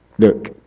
Look